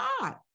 God